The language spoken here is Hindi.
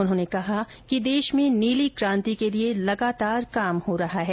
उन्होंने कहा कि देश में नीली कांति के लिए लगातार काम हो रहा है